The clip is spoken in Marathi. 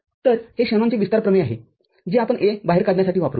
तरहे शॅनॉनचे विस्तार प्रमेय आहे जे आपण A बाहेर काढण्यासाठी वापरू